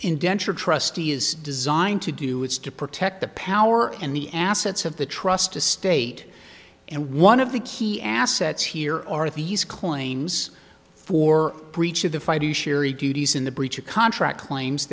indentured trustee is designed to do it's to protect the power and the assets of the trust to state and one of the key assets here are these claims for breach of the fighters sherry duties in the breach of contract claims